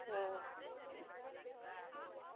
हुँ